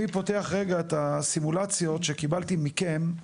אני פותח רגע את הסימולציות שקיבלתי מכם.